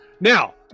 Now